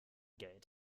geld